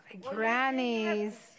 Grannies